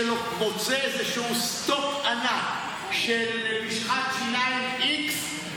שמוצא איזשהו סטוק ענק של משחת שיניים x,